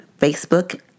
Facebook